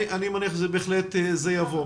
אני מניח שזה בהחלט יבוא.